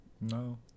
No